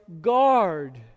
guard